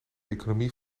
economie